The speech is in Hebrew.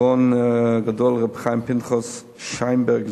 הגאון הגדול הרב חיים פנחס שיינברג,